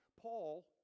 Paul